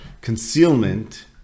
concealment